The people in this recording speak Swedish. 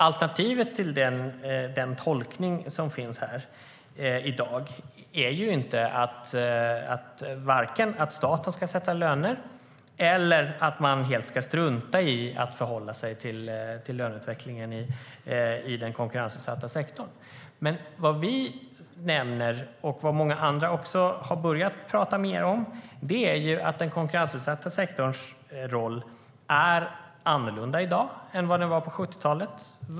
Alternativet till den tolkning som finns här i dag är varken att staten ska sätta löner eller att man helt ska strunta i att förhålla sig till löneutvecklingen i den konkurrensutsatta sektorn. Vi nämner, vilket många andra också har börjat prata mer om, att den konkurrensutsatta sektorns roll är annorlunda i dag än den var på 70-talet.